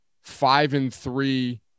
five-and-three –